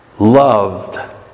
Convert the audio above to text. Loved